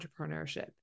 entrepreneurship